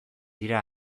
dira